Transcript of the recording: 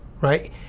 Right